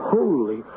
Holy